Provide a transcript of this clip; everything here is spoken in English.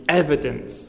evidence